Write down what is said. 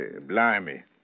Blimey